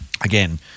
again